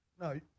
No